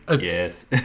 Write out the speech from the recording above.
Yes